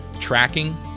tracking